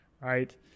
right